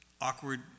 awkward